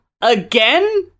again